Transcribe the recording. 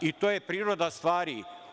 I to je priroda stvari.